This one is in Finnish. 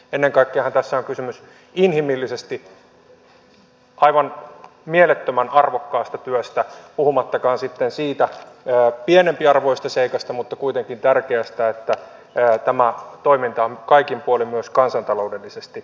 ennen kaikkeahan tässä on kysymys inhimillisesti aivan mielettömän arvokkaasta työstä puhumattakaan sitten siitä pienempiarvoisesta mutta kuitenkin tärkeästä seikasta että tämä toiminta on kaikin puolin myös kansantaloudellisesti järkevää